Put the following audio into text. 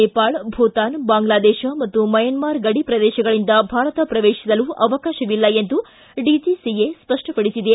ನೇಪಾಳ ಭೂತಾನ್ ಬಾಂಗ್ಲಾದೇಶ ಮತ್ತು ಮಯನ್ನಾರ ಗಡಿ ಪ್ರದೇಶಗಳಿಂದ ಭಾರತ ಪ್ರವೇಶಿಸಲು ಅವಕಾಶವಿಲ್ಲ ಎಂದು ಡಿಜಿಸಿಎ ಸ್ಪಷ್ಟಪಡಿಸಿದೆ